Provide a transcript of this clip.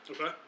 Okay